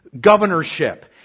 governorship